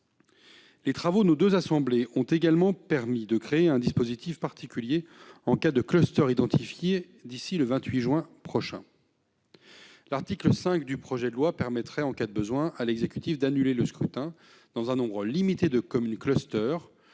Les travaux de nos deux assemblées ont également permis de créer un dispositif particulier en cas de cluster identifié d'ici au 28 juin prochain. En cas de besoin, l'article 5 du projet de loi permettrait à l'exécutif d'annuler le scrutin dans un nombre limité de communes qui